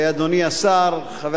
אדוני השר, חבר